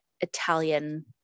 Italian